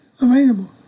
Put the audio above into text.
available